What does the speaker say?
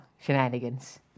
shenanigans